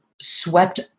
swept